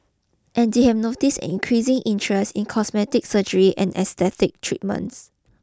and they have noticed an increasing interest in cosmetic surgery and aesthetic treatments